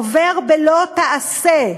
עובר בלא תעשה".